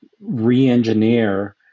re-engineer